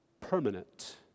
permanent